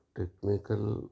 technical